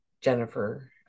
Jennifer